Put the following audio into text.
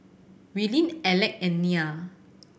Willene Alec and Nia